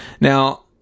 Now